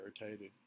irritated